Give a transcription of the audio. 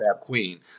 queen